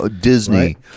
Disney